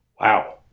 Wow